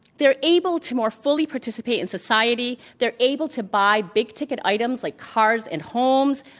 they're able to more fully participate in society. they're able to buy big ticket items like cars and homes.